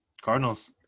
Cardinals